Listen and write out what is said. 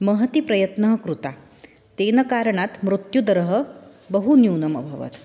महान् प्रयत्नः कृतः तेन कारणेन मृत्युदरः बहु न्यूनम् अभवत्